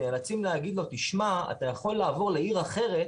נאלצים להגיד לו תשמע אתה יכול לעבור לעיר אחרת